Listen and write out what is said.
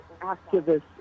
Activists